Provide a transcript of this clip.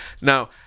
Now